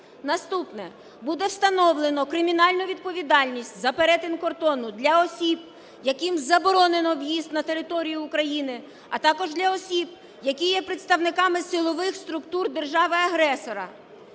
Наступне, буде встановлено кримінальну відповідальність за перетин кордону для осіб, яким заборонено в'їзд на територію України, а також для осіб, які є представниками силових структур держави-агресора.